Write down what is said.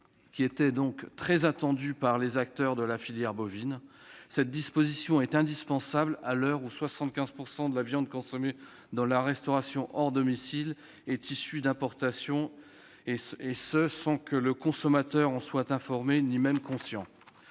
qui était très attendue par les acteurs de la filière bovine. Cette disposition est indispensable à l'heure où 75 % de la viande consommée dans la restauration collective est issue de l'importation, et ce sans que le consommateur en soit informé et ni même conscient.